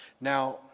Now